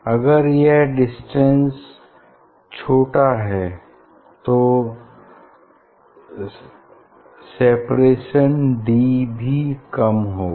अगर यह डिस्टेंस छोटा है तो सेपरेशन d भी कम होगा